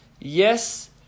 yes